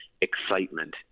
excitement